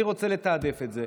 אני רוצה לתעדף את זה.